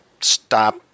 stop